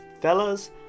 fellas